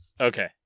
Okay